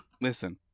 Listen